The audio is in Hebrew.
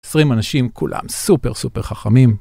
20 אנשים, כולם סופר סופר חכמים.